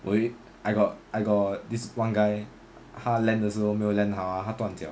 我有一 I got I got this one guy 他 land 的时候没有 land 好他断脚